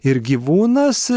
ir gyvūnas